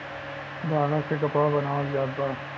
धागा से कपड़ा बनावल जात बा